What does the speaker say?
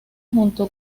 junto